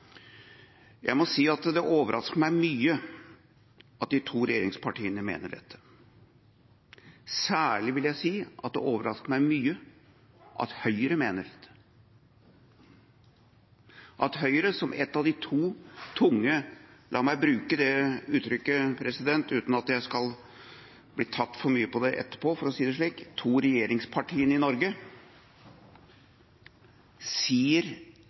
Jeg må si at det overrasker meg mye at de to regjeringspartiene mener dette. Særlig vil jeg si at det overrasker meg mye at Høyre mener det. At Høyre, som ett av de to tunge – la meg bruke det uttrykket, uten at jeg skal bli «tatt» for mye for det etterpå, for å si det slik – regjeringspartiene i Norge sier